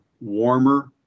warmer